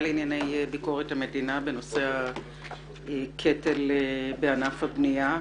לביקורת המדינה בנושא הקטל בענף הבניה.